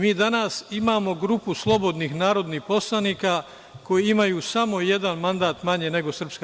Mi danas imamo grupu slobodnih narodnih poslanika koji imaju samo jedan mandat manje nego SRS.